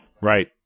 Right